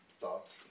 thoughts